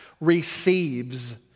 receives